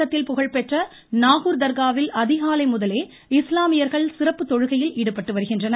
தமிழகத்தில் புகழ்பெற்ற நாகூர் தர்காவில் அதிகாலை முதலே இஸ்லாமியர்கள் சிறப்பு தொழுகையில் ஈடுபட்டு வருகின்றனர்